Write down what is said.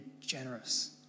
generous